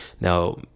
Now